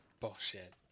Bullshit